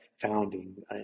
founding